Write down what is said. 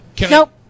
Nope